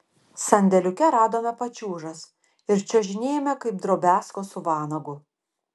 sandėliuke radome pačiūžas ir čiuožinėjome kaip drobiazko su vanagu